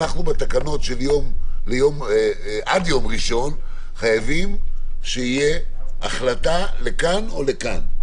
אנחנו בתקנות עד יום ראשון חייבים שתהיה החלטה לכאן או לכאן.